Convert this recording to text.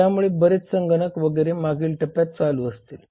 त्यामुळे बरेच संगणक वगैरे मागील टप्यात चालू असतील